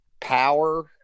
power